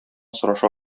сораша